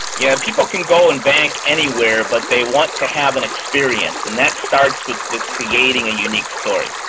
yeah people can go and bank anywhere, but they want to have an experience, and that starts with with creating a unique story.